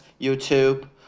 YouTube